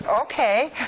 Okay